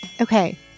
okay